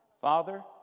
Father